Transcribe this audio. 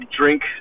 drink